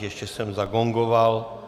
Ještě jsem zagongoval...